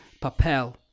papel